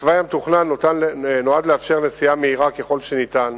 התוואי המתוכנן נועד לאפשר נסיעה מהירה ככל שניתן